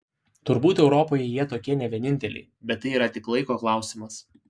turbūt europoje jie tokie ne vieninteliai bet tai yra tik laiko klausimas